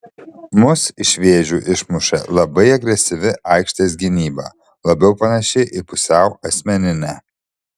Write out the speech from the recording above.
mus iš vėžių išmušė labai agresyvi aikštės gynyba labiau panaši į pusiau asmeninę